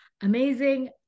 amazing